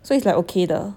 so it's like okay 的